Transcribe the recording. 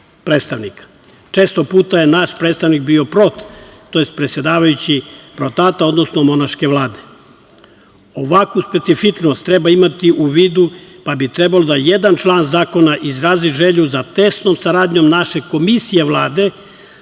Često puta je naš predstavnik bio prot, tj. predsedavajući PROTAT-a, odnosno monaške vlade. Ovakvu specifičnost treba imati u vidu, pa bi trebalo da jedan član zakona izrazi želju za tesnom saradnjom naše komisije Vlade